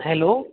hello